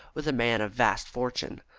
with a man of vast fortune.